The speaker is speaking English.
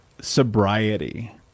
sobriety